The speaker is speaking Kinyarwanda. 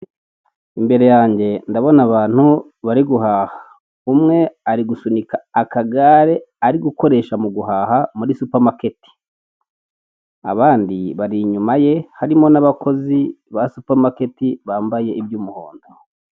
Imbere yange ndabona abantu bari guhaha, umwe ari gusunika akagare ari gukoresha mu guhaha muri supamaketi, abandi bari inyuma ye harimo n'abakozi ba supamaketi bambaye iby'umuhondo.